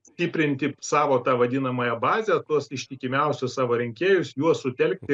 stiprinti savo tą vadinamąją bazę tuos ištikimiausius savo rinkėjus juos sutelkti